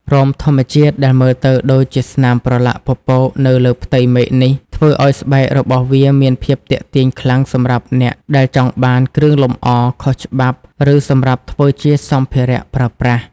រោមធម្មជាតិដែលមើលទៅដូចជាស្នាមប្រឡាក់ពពកនៅលើផ្ទៃមេឃនេះ ធ្វើឲ្យស្បែករបស់វាមានភាពទាក់ទាញខ្លាំងសម្រាប់អ្នកដែលចង់បាន គ្រឿងលម្អ ខុសច្បាប់ ឬសម្រាប់ធ្វើជា សម្ភារៈប្រើប្រាស់ ។